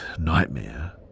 nightmare